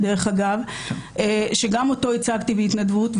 גם אותו ייצגתי בהתנדבות,